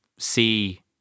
see